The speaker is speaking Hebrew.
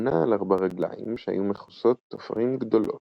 הוא נע על ארבע רגליים שהיו מכוסות טפרים גדולות,